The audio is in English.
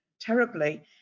terribly